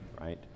Right